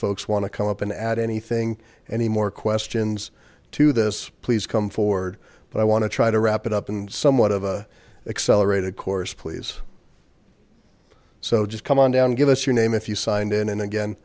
folks want to come up and add anything anymore questions to this please come forward but i want to try to wrap it up and somewhat of an accelerated course please so just come on down give us your name if you signed in and again